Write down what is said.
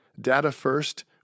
data-first